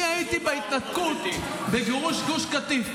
אני הייתי בהתנתקות, בסוף כולם